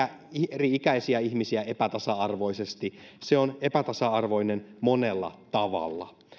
eri ikäisiä ihmisiä epätasa arvoisesti se on epätasa arvoinen monella tavalla